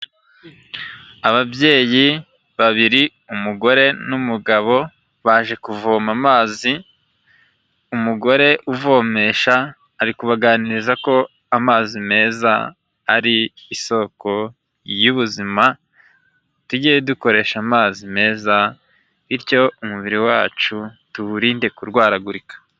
Ababyeyi babiri umugore n'umugabo baje kuvoma amazi, umugore uvomesha ari kubaganiriza ko amazi meza ari isoko y'ubuzima, tujye dukoresha amazi meza bityo umubiri wacu tuwurinde kurwaragurika.